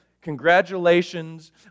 congratulations